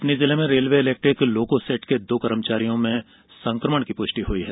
कटनी में railway electric loco shed के दो कर्मचारियों में संक्रमण की पुष्टि हुई है